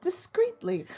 Discreetly